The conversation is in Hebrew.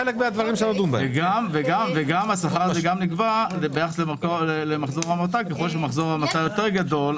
וגם נקבע ביחס למחזור העמותה ככל שהוא יותר גדול,